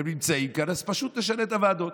והם נמצאים כאן, אז פשוט נשנה את הוועדות.